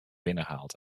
binnengehaald